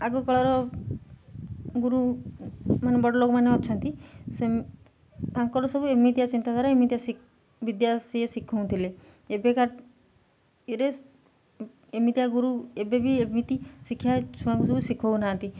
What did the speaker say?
ଆଗକାଳର ଗୁରୁ ମାନେ ବଡ଼ ଲୋକମାନେ ଅଛନ୍ତି ସେ ତାଙ୍କର ସବୁ ଏମିତିଆ ଚିନ୍ତାଧାରା ଏମିତିଆ ବିଦ୍ୟା ସିଏ ଶିଖଉ ଥିଲେ ଏବେକା ରେ ଏମିତିଆ ଗୁରୁ ଏବେବି ଏମିତି ଶିକ୍ଷା ଛୁଆଙ୍କୁ ସବୁ ଶିଖଉ ନାହାନ୍ତି